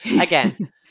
again